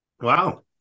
Wow